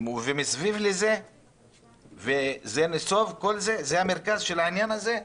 שסביבו הכול נסוב, שהוא המרכז של העניין הזה: